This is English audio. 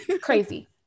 crazy